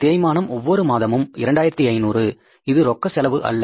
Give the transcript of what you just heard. தேய்மானம் ஒவ்வொரு மாதமும் 2500 இது ரொக்க செலவு அல்ல